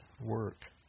work